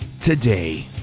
today